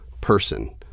person